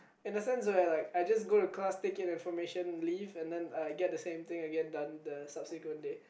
in a sense where like I just go to class take in information leave and then I get the same thing again done the subsequent day